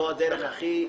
נשתמע.